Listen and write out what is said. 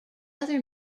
other